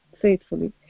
faithfully